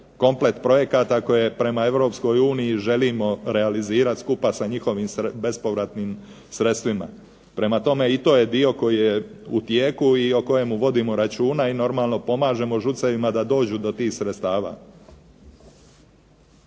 komplet projekata koje prema Europskoj uniji želimo realizirati skupa sa njihovim bespovratnim sredstvima. Prema tome i to je dio koji je u tijeku i o kojemu vodimo računa i normalno pomažemo žucevima da dođu do tih sredstava.